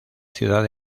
ciudad